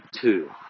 two